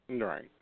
Right